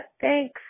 Thanks